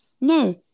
No